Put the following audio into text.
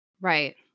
Right